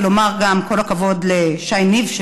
ולומר גם כל הכבוד לשי ניב,